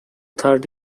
third